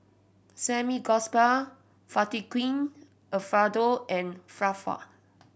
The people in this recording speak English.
Samgyeopsal Fettuccine Alfredo and